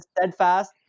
steadfast